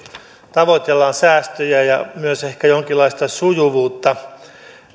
tavoitellaan säästöjä ja myös ehkä jonkinlaista sujuvuutta